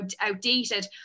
outdated